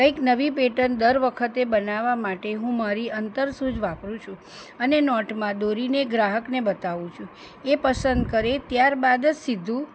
કંઈક નવી પેટન દર વખતે બનાવા માટે હું મારી અંતરસૂઝ વાપરું છું અને નોટમાં દોરીને ગ્રાહકને બતાવું છું એ પસંદ કરે ત્યાર બાદ જ સીધું